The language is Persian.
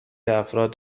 افراد